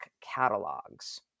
catalogs